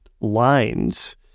lines